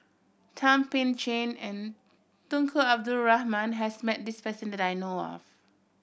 Thum Ping Tjin and Tunku Abdul Rahman has met this person that I know of